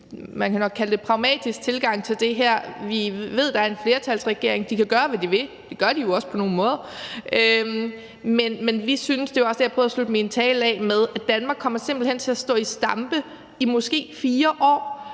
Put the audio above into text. man kan nok kalde det pragmatisk tilgang til det her. Vi ved, at der er en flertalsregering; de kan gøre, hvad de vil, og det gør de jo også på nogle måder. Men vi synes simpelt hen – og det var også det, jeg prøvede at slutte min tale af med – at Danmark kommer til at stå i stampe i måske 4 år,